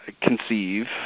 conceive